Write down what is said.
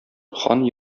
хан